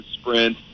sprint